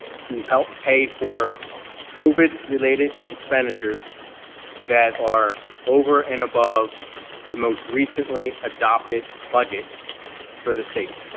to help pay for covid related expenditures that are over and above the most recently adopted budget for the state.